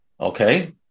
Okay